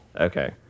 Okay